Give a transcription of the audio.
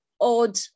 odd